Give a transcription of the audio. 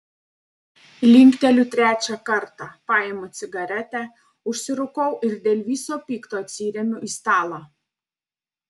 linkteliu trečią kartą paimu cigaretę užsirūkau ir dėl viso pikto atsiremiu į stalą